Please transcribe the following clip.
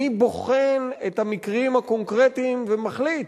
מי בוחן את המקרים הקונקרטיים ומחליט